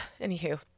Anywho